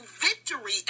victory